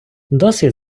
досвід